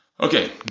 Okay